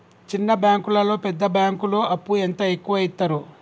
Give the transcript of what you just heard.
చిన్న బ్యాంకులలో పెద్ద బ్యాంకులో అప్పు ఎంత ఎక్కువ యిత్తరు?